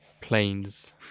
planes